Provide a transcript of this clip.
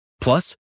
Plus